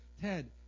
Ted